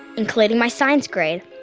including my science grade,